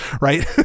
right